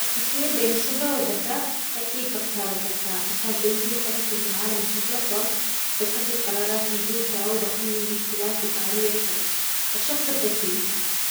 التخيير بين الشهرة والذكاء أكيد بختار الذكاء عشان بيتيح لي فهم العالم بشكل أفضل، بتخذ قرارات مدروسة، وبحل المشكلات بفعالية أكثر. الشخص الذكي